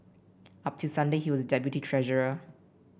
up till Sunday he was deputy treasurer